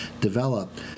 develop